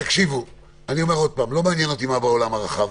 לא מעניין אותי מה בעולם הרחב.